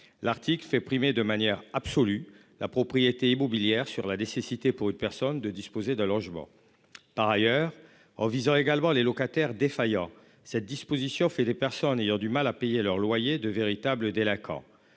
L'Arctique fait primer de manière absolue la propriété immobilière sur la nécessité pour une personne de disposer d'un logement. Par ailleurs, en visant également les locataires défaillants. Cette disposition fait des personnes ayant du mal à payer leur loyer, de véritables délinquants